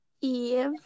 Eve